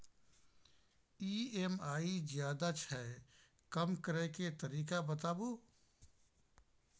EMI ज्यादा छै कम करै के तरीका बताबू?